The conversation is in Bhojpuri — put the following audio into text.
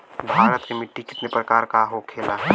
भारत में मिट्टी कितने प्रकार का होखे ला?